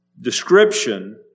Description